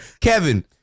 Kevin